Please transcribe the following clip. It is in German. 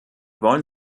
wollen